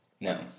No